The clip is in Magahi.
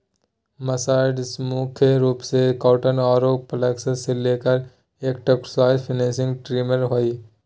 मर्सराइज्ड मुख्य रूप से कॉटन आरो फ्लेक्स ले एक टेक्सटाइल्स फिनिशिंग ट्रीटमेंट हई